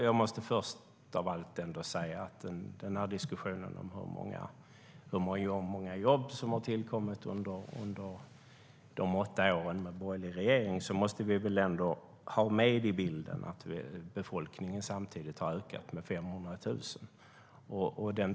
Jag måste först av allt säga att när vi diskuterar hur många jobb som tillkommit under de åtta åren med borgerlig regering måste vi ändå ha med i bilden att befolkningen samtidigt har ökat med 500 000.